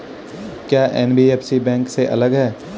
क्या NBFC bank से अलग है?